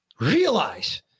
Realize